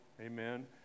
Amen